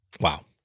Wow